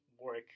work